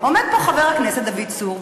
עומד פה חבר הכנסת דוד צור,